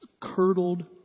Curdled